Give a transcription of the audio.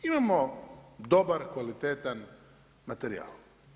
Imamo dobar, kvalitetan materijal.